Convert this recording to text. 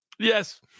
Yes